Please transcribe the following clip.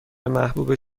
محبوب